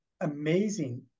amazing